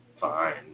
fine